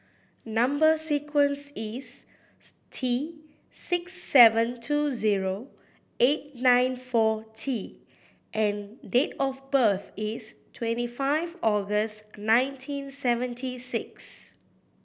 number sequence is T six seven two zero eight nine four T and date of birth is twenty five August nineteen seventy six